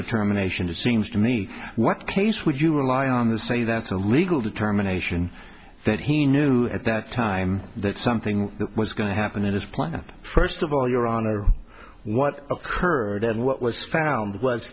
determination it seems to me what case would you rely on the say that's a legal determination that he knew at that time that something was going to happen in his plan or first of all your honor what occurred and what was found was